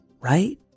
right